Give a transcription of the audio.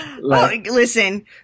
listen